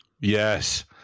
yes